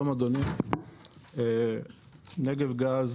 נגב גז